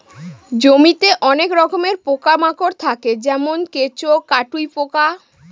জমিতে অনেক রকমের পোকা মাকড় থাকে যেমন কেঁচো, কাটুই পোকা